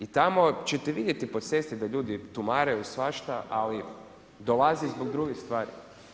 I tamo ćete vidjeti po cesti da ljudi tumaraju svašta, ali dolazi ispod drugih stvari.